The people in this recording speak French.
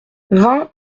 vingt